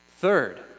Third